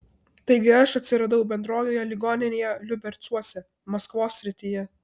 taigi aš atsiradau bendrojoje ligoninėje liubercuose maskvos srityje